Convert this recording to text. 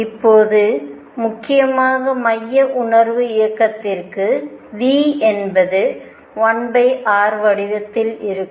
இப்போது முக்கியமாக மைய உணர்வு இயக்கத்திற்கு v என்பது1r வடிவத்தில் இருக்கும்